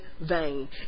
vain